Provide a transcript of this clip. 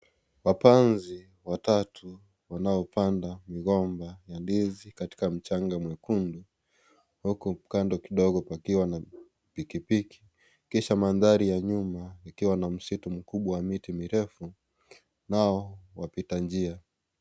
Wapanzi watatu wanaopanda migomba ya ndizi katika mchanga mwekundu huku kando kidogo pakiwa na pikipiki kisha mandhari ya nyuma ikiwa na msitu mkubwa wa miti mirefu nao wapitanjia.